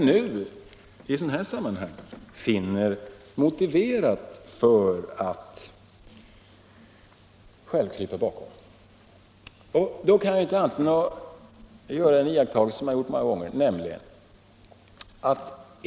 Men i detta sammanhang finner ni det motiverat att själva krypa bakom dessa argument. Jag måste då göra en iakttagelse som jag gjort många gånger förut.